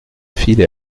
filé